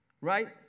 right